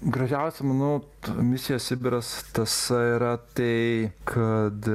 gražiausia manau misijos sibiras tąsa yra tai kad